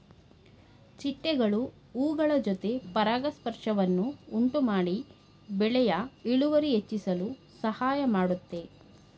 ಚಿಟ್ಟೆಗಳು ಹೂಗಳ ಜೊತೆ ಪರಾಗಸ್ಪರ್ಶವನ್ನು ಉಂಟುಮಾಡಿ ಬೆಳೆಯ ಇಳುವರಿ ಹೆಚ್ಚಿಸಲು ಸಹಾಯ ಮಾಡುತ್ತೆ